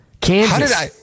Kansas